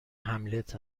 هملت